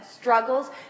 struggles